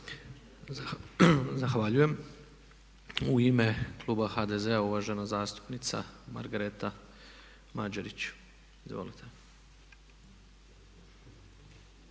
Zahvaljujem. U ime kluba HDZ-a uvažena zastupnica Margareta Mađerić. Izvolite.